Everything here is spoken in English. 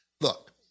look